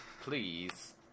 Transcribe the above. Please